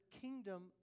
kingdom